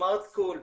סמארט סקול,